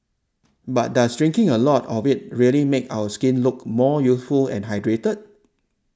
but does drinking a lot of it really make our skin look more youthful and hydrated